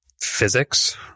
physics